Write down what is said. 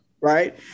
right